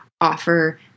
offer